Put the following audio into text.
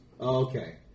Okay